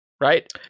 right